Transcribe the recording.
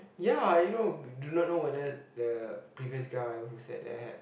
ya you know do not know whether the previous guy who sat there had